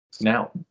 now